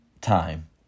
time